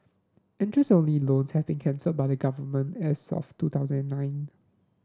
interest only loans have been cancelled by the Government as of two thousand and nine